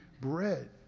bread